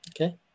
okay